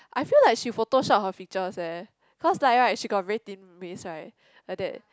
I feel like she photoshop her features eh cause like right she got very thin waist right like that